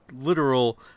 literal